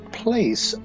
place